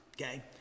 Okay